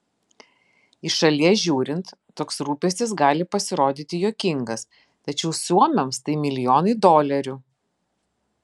iš šalies žiūrint toks rūpestis gali pasirodyti juokingas tačiau suomiams tai milijonai dolerių